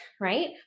right